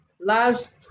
last